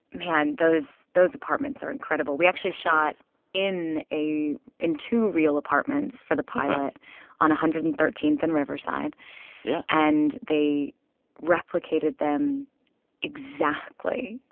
man, those those apartments are incredible. we actually shot in a in two real apartments for the pilot on one hundred and thirteenth and riverside yeah and they replicated them exactly.